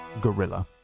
gorilla